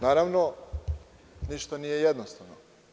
Naravno, ništa nije jednostavno.